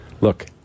Look